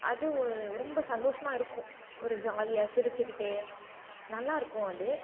அது ஒரு ரொம்ப சந்தோஷமாக இருக்கும் ஒரு ஜாலியாக சிரிச்சுக்கிட்டே நல்லாயிருக்கும் அது